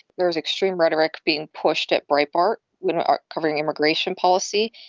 there is extreme rhetoric being pushed at breitbart. we are covering immigration policy.